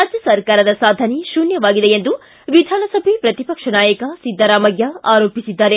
ರಾಜ್ಯ ಸರ್ಕಾರದ ಸಾಧನೆ ಶೂನ್ಯವಾಗಿದೆ ಎಂದು ವಿಧಾನಸಭೆ ಪ್ರತಿಪಕ್ಷ ನಾಯಕ ಸಿದ್ದರಾಮಯ್ತ ಆರೋಪಿಸಿದ್ದಾರೆ